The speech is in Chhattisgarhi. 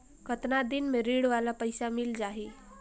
कतना दिन मे ऋण वाला पइसा मिल जाहि?